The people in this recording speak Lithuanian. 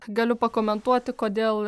galiu pakomentuoti kodėl